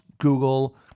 Google